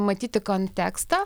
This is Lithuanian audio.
matyti kontekstą